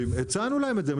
הצענו להם את זה.